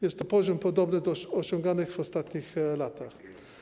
Jest to poziom podobny do poziomów osiąganych w ostatnich latach.